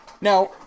Now